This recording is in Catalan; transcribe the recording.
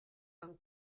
amb